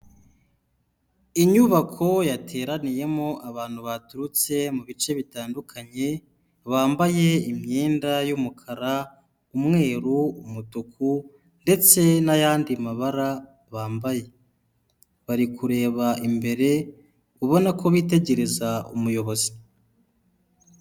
Inyubako yateraniyemo abantu baturutse mu bice bitandukanye, bambaye imyenda y'umukara, umweru, umutuku ndetse n'ayandi mabara bambaye. Bari kureba imbere ubona ko bitegereza umuyobozi.